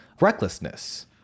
recklessness